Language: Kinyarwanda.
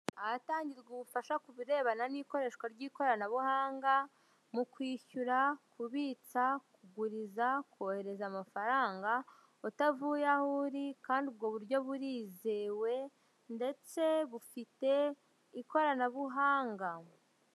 Ahatangirwa ubufasha kubirebana n'ikoreshwa ry'ikoranabuhanga mu kwishyura, kubitsa, kuguriza, kohereza amafaranga utavuye aho uri kandi ubwo buryo burizewe ndetse bufite ikoranabuhanga.